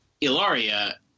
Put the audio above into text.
Ilaria